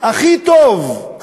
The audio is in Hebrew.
הכי טוב,